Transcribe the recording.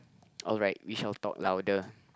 alright we shall talk louder